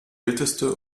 älteste